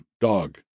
dog